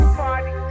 party